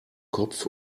kopf